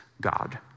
God